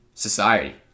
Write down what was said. society